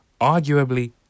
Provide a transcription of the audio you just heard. Arguably